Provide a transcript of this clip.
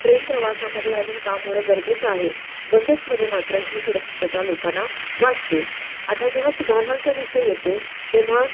train प्रवासामध्ये अजून काम होणं गरजेचं आहे बसेसमध्ये मात्र ही सुरक्षितता लोकांना वाटते आता जेव्हा सुधारणांचा विषय येतो तेव्हा